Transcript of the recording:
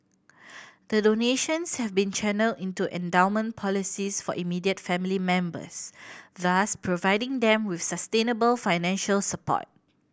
the donations have been channelled into endowment policies for immediate family members thus providing them with sustainable financial support